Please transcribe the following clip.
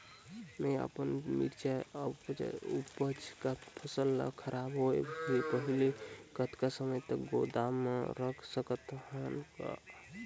मैं अपन मिरचा ऊपज या फसल ला खराब होय के पहेली कतका समय तक गोदाम म रख सकथ हान ग?